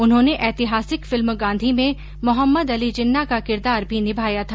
उन्होने ऐतिहासिक फिल्म गांधी में मोहम्मद अली जिन्ना का किरदार भी निभाया था